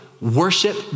worship